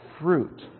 fruit